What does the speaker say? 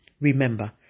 Remember